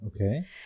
Okay